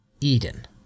Eden